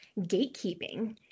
gatekeeping